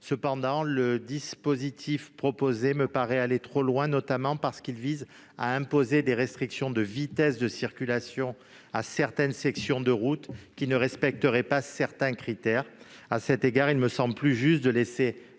Cependant, le dispositif proposé me paraît aller trop loin, notamment parce qu'il vise à imposer des restrictions de vitesse de circulation à certaines sections de route qui ne seraient pas conformes à certains critères. À cet égard, il me semble plus juste de laisser